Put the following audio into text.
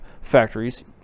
factories